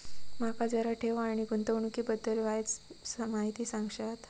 माका जरा ठेव आणि गुंतवणूकी बद्दल वायचं माहिती सांगशात?